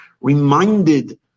reminded